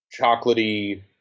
chocolatey